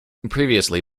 previously